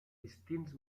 distints